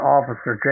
Officer